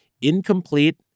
incomplete